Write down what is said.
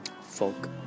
folk